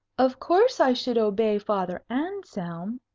of course i should obey father anselm,